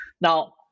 Now